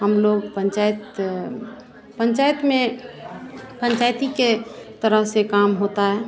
हम लोग पंचायत पंचायत में पंचायती के तरह से काम होता है